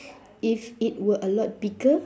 if it were a lot bigger